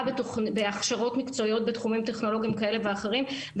בהכשרות מקצועיות בתחומים טכנולוגיים כאלה ואחרים,